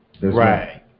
Right